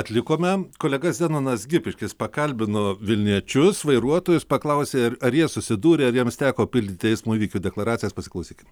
atlikome kolega zenonas gipiškis pakalbino vilniečius vairuotojus paklausė ar ar jie susidūrė ar jiems teko pildyti eismo įvykių deklaracijas pasiklausykim